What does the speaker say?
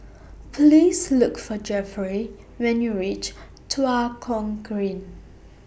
Please Look For Jeffrey when YOU REACH Tua Kong Green